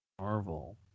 Marvel